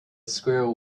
squirrel